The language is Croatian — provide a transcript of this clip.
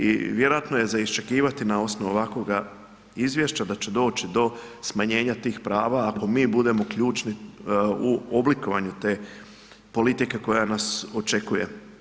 I vjerojatno je za iščekivati na osnovu ovakvoga izvješća da će doći do smanjenja tih prava ako mi budemo ključni u oblikovanju te politike koja nas očekuje.